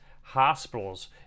hospitals